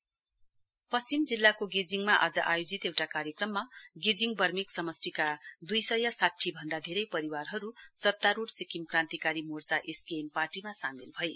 SKM west पश्चिम जिल्लाको गेजिङमा आज आयोजित एउटा कार्यक्रममा गेजिङ वर्मेक समस्टिका दुई सय साठी भन्दा धेरै परिवारहरू सत्तारूढ़ सिक्किम क्रान्तिकारी मोर्चा एसकेएम पार्टीमा सामेल भए